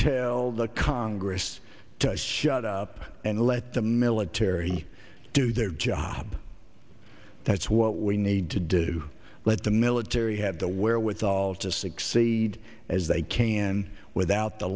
tell the congress to shut up and let the military do their job that's what we need to do let the military had the wherewithal to succeed as they can without the